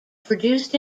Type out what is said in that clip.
produced